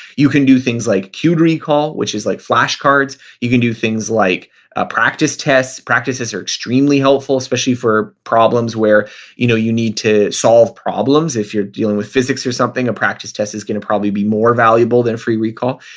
you can do things like cued recall, which is like flashcards. you can do things like ah practice tests. practices are extremely helpful, especially for problems where you know you need to solve problems. if you're dealing with physics or something, a practice test is going to probably be more valuable than free recall.